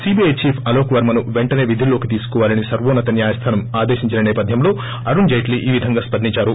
CBI chief Alok వర్గను పెంటనే విధుల్లోకి తీసుకోవాలని సర్వోన్నత న్యాయస్థానం ఆదేశించిన నేపధ్యంలో అరుణ్ జైట్లీ ఈ విధంగా స్పందించారు